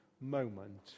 moment